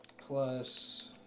plus